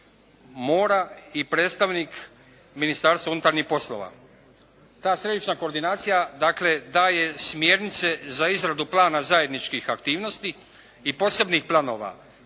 mora i predstavnik Ministarstva unutarnjih poslova. Ta Središnja koordinacija dakle daje smjernice za izradu plana zajedničkih aktivnosti i posebnih planova,